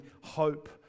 hope